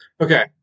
okay